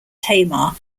tamar